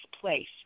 place